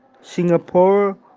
Singapore